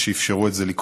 בבקשה.